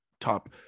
top